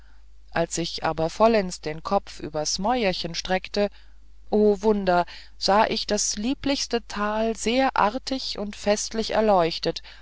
als ich aber vollends den kopf übers mäuerchen streckte o wunder sah ich das lieblichste tal sehr artig und festlich erleuchtet